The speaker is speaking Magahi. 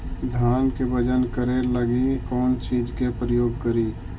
धान के बजन करे लगी कौन चिज के प्रयोग करि?